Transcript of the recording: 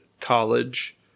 college